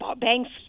banks